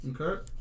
Okay